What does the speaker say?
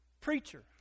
Preacher